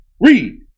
Read